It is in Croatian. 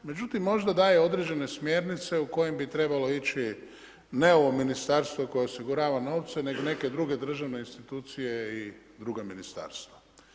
Međutim, možda daje određene smjernice, u kojem bi trebalo ići, ne ovo ministarstvo koje osigurava novce, nego neke dr. državne institucije i druga ministarstva.